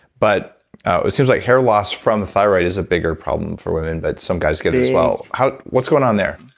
but it seems like hair loss from the thyroid is a bigger problem for women but some guys get it as well. what's going on there?